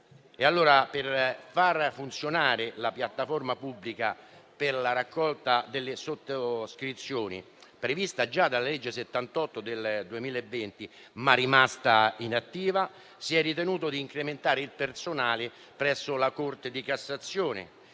per far funzionare la piattaforma pubblica per la raccolta delle sottoscrizioni, prevista già dalla legge n. 78 del 2020, ma rimasta inattiva, si è ritenuto di incrementare il personale presso la Corte di cassazione.